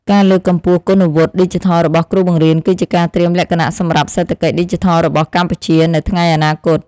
ការលើកកម្ពស់គុណវុឌ្ឍិឌីជីថលរបស់គ្រូបង្រៀនគឺជាការត្រៀមលក្ខណៈសម្រាប់សេដ្ឋកិច្ចឌីជីថលរបស់កម្ពុជានៅថ្ងៃអនាគត។